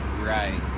right